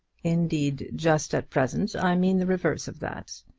indeed, just at present i mean the reverse of that.